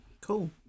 Cool